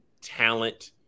talent